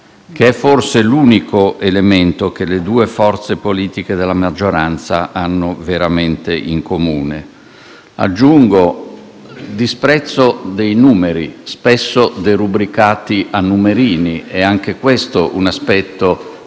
che forse è l'unico elemento che le due forze politiche della maggioranza hanno veramente in comune. Aggiungo il disprezzo dei numeri, spesso derubricati a numerini; è anche questo un aspetto